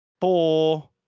four